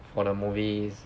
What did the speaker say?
from the movies